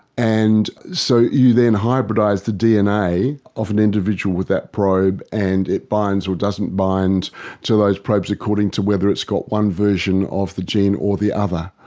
and so you then hybridise the dna of an individual with that probe and it binds or doesn't bind to those probes according to whether it's got one version of the gene or the other.